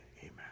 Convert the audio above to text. amen